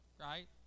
Right